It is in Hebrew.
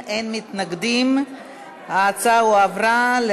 התשע"ה 2015,